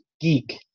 geek